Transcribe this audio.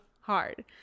hard